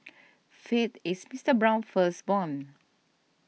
faith is Mister Brown's firstborn